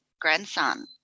grandson